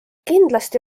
kindlasti